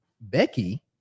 Becky